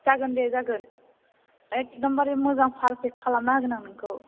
जागोन दे जागोन एखदमबारे मोजां पारफेक्ट खालामना होगोन आं नोंखौ